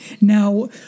Now